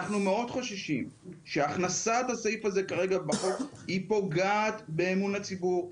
אנחנו מאוד חוששים שהכנסת הסעיף הזה בחוק פוגעת באמון הציבור,